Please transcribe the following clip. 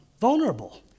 vulnerable